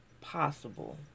possible